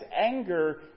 anger